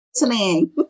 listening